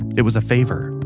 it was a favor.